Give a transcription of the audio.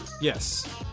Yes